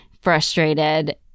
frustrated